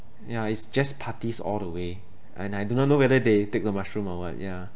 yeah it's just parties all the way and I do not know whether they take the mushroom or what ya